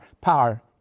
power